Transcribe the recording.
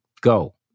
Go